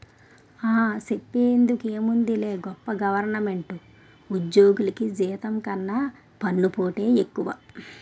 ఆ, సెప్పేందుకేముందిలే గొప్ప గవరమెంటు ఉజ్జోగులికి జీతం కన్నా పన్నుపోటే ఎక్కువ